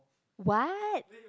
what